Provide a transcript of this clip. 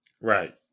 right